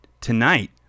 Tonight